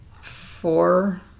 four